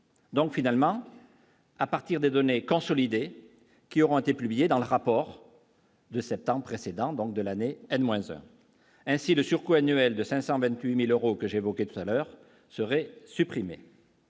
donc finalement. à partir des données consolidées, qui ont été publiées dans le rapport. De septembre précédent, donc de l'année moins ainsi le surcoût annuel de 528000 euros que j'évoquais tout à l'heure serait.